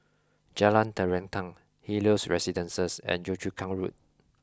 Jalan Terentang Helios Residences and Yio Chu Kang Road